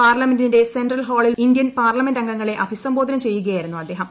പാർലമെന്റിന്റെ സെൻട്രൽ ഹാളിൽ ഇന്ത്യൻ പാർലമെന്റംഗ ങ്ങളെ അഭിസംബോധന ചെയ്യുകയായിരുന്നു അദ്ദേഹം